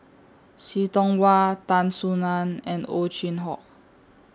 See Tiong Wah Tan Soo NAN and Ow Chin Hock